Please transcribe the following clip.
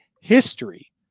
history